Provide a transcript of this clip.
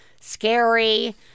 scary